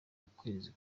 ukwezi